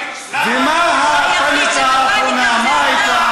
אתה לא רואה, למה לא נשארת ברמאללה?